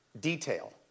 detail